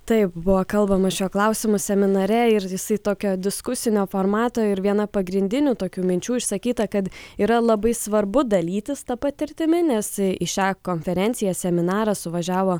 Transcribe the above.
taip buvo kalbama šiuo klausimu seminare ir jisai tokio diskusinio formato ir viena pagrindinių tokių minčių išsakyta kad yra labai svarbu dalytis ta patirtimi nes į šią konferenciją seminarą suvažiavo